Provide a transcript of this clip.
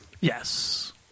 Yes